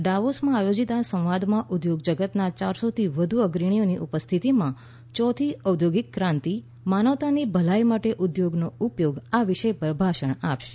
ડાવોસમાં આયોજીત આ સંવાદમાં ઉદ્યોગ જગતના ચારસોથી વધુ અગ્રણીઓની ઉપસ્થિતિમાં યોથી ઔદ્યોગિક ક્રાંતિ માનવતાની ભલાઇ માટે ઉદ્યોગોનો ઉપયોગ આ વિષય પર ભાષણ આપશે